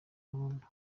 burundu